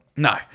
No